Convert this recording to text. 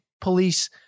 police